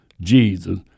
Jesus